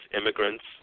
immigrants